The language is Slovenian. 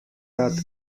rad